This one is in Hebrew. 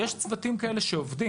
יש כאלה צוותים שעובדים,